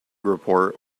report